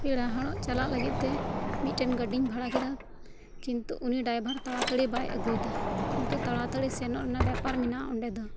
ᱯᱮᱲᱟ ᱦᱚᱲᱚᱜ ᱪᱟᱞᱟᱜ ᱞᱟᱹᱜᱤᱫ ᱛᱮ ᱢᱤᱫᱴᱮᱱ ᱜᱟᱹᱰᱤᱧ ᱵᱷᱟᱲᱟ ᱠᱮᱫᱟ ᱠᱤᱱᱛᱩ ᱩᱱᱤ ᱰᱟᱭᱵᱷᱟᱨ ᱛᱟᱲᱟᱛᱟᱲᱤ ᱜᱟᱹᱰᱤ ᱵᱟᱭ ᱟᱜᱩᱭᱮᱫᱟ ᱠᱤᱱᱛᱩ ᱛᱟᱲᱟ ᱛᱟᱲᱤ ᱥᱮᱱᱚᱜ ᱨᱮᱭᱟᱜ ᱵᱮᱯᱟᱨ ᱢᱮᱱᱟᱜᱼᱟ ᱚᱸᱰᱮ ᱫᱚ